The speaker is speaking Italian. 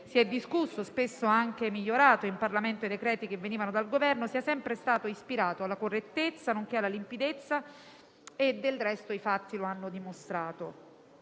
discusso, e spesso anche migliorato in Parlamento, i provvedimenti che venivano dal Governo sia sempre stato ispirato alla correttezza nonché alla limpidezza. Del resto, i fatti lo hanno dimostrato.